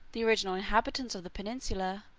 the original inhabitants of the peninsula,